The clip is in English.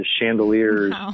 chandeliers